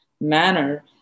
manner